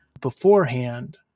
beforehand